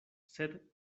sed